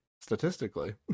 statistically